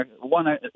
one